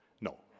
No